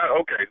Okay